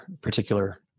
particular